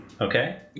Okay